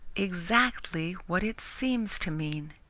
exactly what it seems to mean.